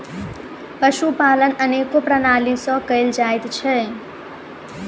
पशुपालन अनेको प्रणाली सॅ कयल जाइत छै